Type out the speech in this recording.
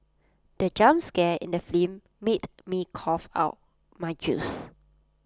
the jump scare in the film made me cough out my juice